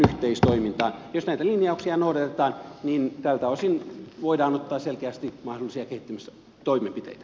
jos näitä linjauksia noudatetaan niin tältä osin voidaan ottaa selkeästi mahdollisia kehittämistoimenpiteitä